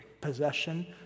possession